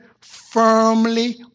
firmly